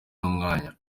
n’umwanya